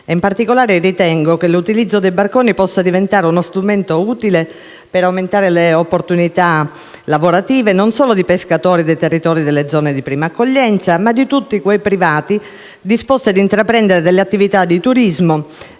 In particolare, ritengo che l'utilizzo dei barconi possa diventare uno strumento utile per aumentare le opportunità lavorative, non solo dei pescatori dei territori delle zone di prima accoglienza, ma di tutti quei privati disposti ad intraprendere attività di turismo